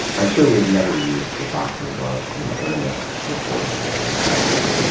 i'm sure we had never used the boxing gloves in earnest before the day in question.